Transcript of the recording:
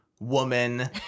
Woman